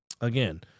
again